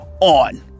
on